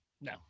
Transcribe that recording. no